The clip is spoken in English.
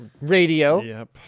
Radio